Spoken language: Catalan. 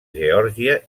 geòrgia